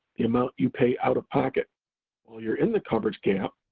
the amount you pay out of pocket while you're in the coverage gap,